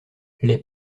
les